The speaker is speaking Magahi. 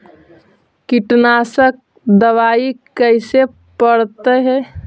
कीटनाशक दबाइ कैसे पड़तै है?